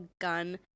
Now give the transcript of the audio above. gun